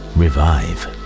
revive